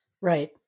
Right